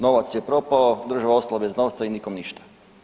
Novac je propao, država je ostala bez novca i nikom ništa.